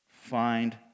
Find